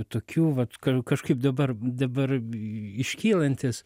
tokių vat kažkaip dabar dabar iškylantis